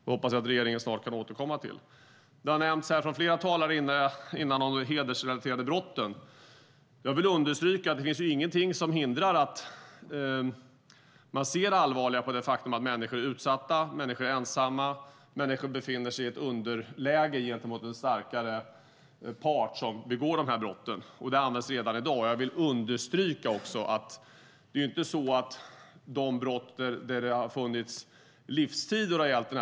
Jag hoppas att regeringen snart kan återkomma till det. Flera talare innan har nämnt de hedersrelaterade brotten. Jag vill understryka att det inte finns något som hindrar att man ser allvarligare på det faktum att människor är utsatta, är ensamma och befinner sig i ett underläge gentemot en starkare part som begår dessa brott. Detta används redan i dag. Jag vill understryka en sak beträffande den typ av brottslighet där det finns livstid i straffskalan.